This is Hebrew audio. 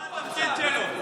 מה התפקיד שלו?